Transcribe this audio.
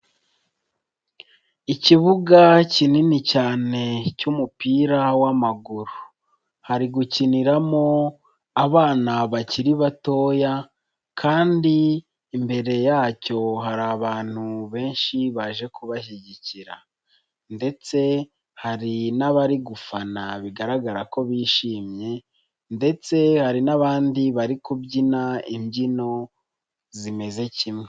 Ikibuga kinini cyane cy'umupira w'amaguru, hari gukiniramo abana bakiri batoya, kandi imbere yacyo hari abantu benshi baje kubashyigikira, ndetse hari n'abari gufana bigaragara ko bishimye ndetse hari n'abandi bari kubyina imbyino zimeze kimwe.